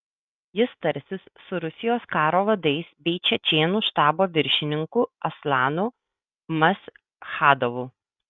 jis tarsis su rusijos karo vadais bei čečėnų štabo viršininku aslanu maschadovu